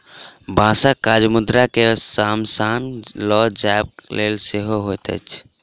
बाँसक काज मुर्दा के शमशान ल जयबाक लेल सेहो होइत अछि